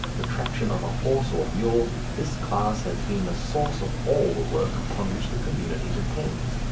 the traction of a horse or mule, this class has been the source of all the work upon which the community depends.